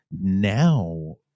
now